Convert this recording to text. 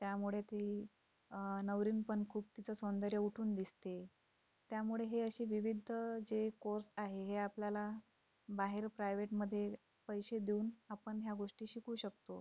त्यामुळे ती नवरीन पण खूप तिचं सौंदर्य उठून दिसते त्यामुळे ही अशी विविध जे कोर्स आहे हे आपल्याला बाहेर प्रायव्हेटमध्ये पैसे देऊन आपण या गोष्टी शिकू शकतो